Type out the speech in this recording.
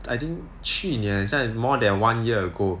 I think 去年很像 more than one year ago